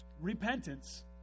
Repentance